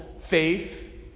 faith